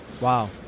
Wow